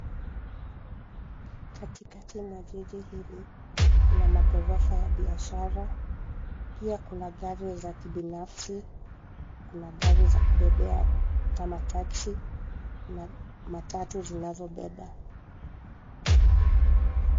Katikati mwa jiji hili kuna maghorofa ya biashara, pia kuna gari za kibinafsi, kuna gari za kubebea kama taxi na matatu zinazobeba.